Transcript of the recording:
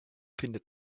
findet